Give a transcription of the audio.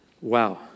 Wow